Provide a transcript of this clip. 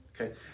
Okay